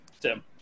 Tim